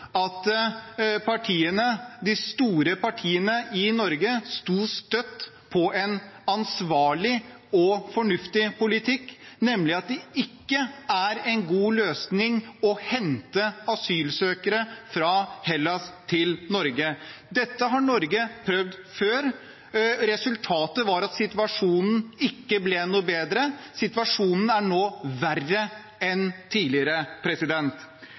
de store partiene i Norge sto støtt på en ansvarlig og fornuftig politikk, nemlig at det ikke er en god løsning å hente asylsøkere fra Hellas til Norge. Dette har Norge prøvd for. Resultatet var at situasjonen ikke ble noe bedre. Situasjonen er nå verre enn tidligere.